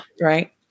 right